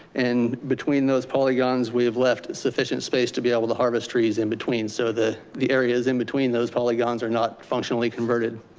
and between those polygons we've left sufficient space to be able to harvest trees in between. so the the areas in between those polygons are not functionally converted.